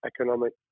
economic